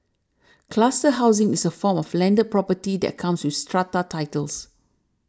cluster housing is a form of landed property that comes with strata titles